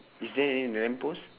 is there any lamp post